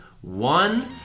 one